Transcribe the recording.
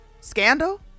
Scandal